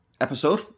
episode